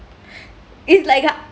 it's like ah